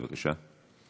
בבקשה.